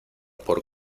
por